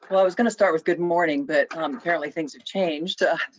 and i was going to start with good morning, but um apparently things have changed,